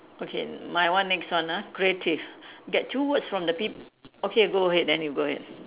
okay my one next one ah creative get two words from the peop~ okay go ahead then you go ahead